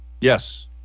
Yes